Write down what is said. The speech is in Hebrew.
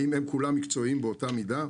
האם הם מקצועיים באותה מידה?